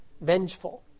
vengeful